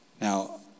Now